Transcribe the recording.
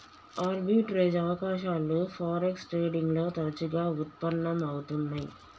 arbitrage అవకాశాలు forex trading లో తరచుగా వుత్పన్నం అవుతున్నై